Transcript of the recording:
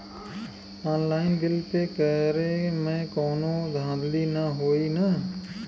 Online bill pay करे में कौनो धांधली ना होई ना?